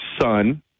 son